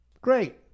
Great